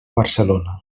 barcelona